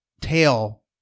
tail